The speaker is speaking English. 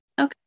okay